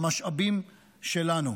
במשאבים שלנו.